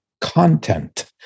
content